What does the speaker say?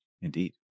Indeed